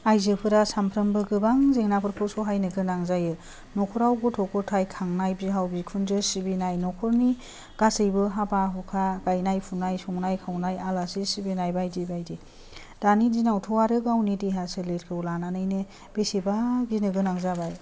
आइजोफोरा सानफ्रामबो गोबां जेंनाफोरखौ सहायनो गोनां जायो नख'राव गथ' गथाय खांनाय बिहाव बिखुनजो सिबिनाय नख'रनि गासैबो हाबा हुखा गायनाय फुनाय संनाय खावनाय आलासि सिबिनाय बायदि बायदि दानि दिनावथ' आरो गावनि देहा सोलेरखौ लानानैनो बेसेबा गिनो गोनां जाबाय